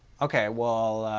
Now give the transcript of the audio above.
okay, well,